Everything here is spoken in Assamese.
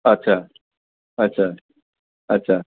আচ্ছা আচ্ছা আচ্ছা